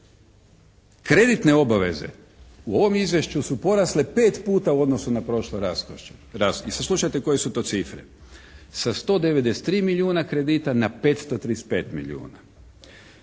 Kreditne obveze u ovom izvješću su porasle 5 puta u odnosu na prošla razdoblja i saslušajte koje su to cifre. Sa 193 milijuna kredita na 535 milijuna.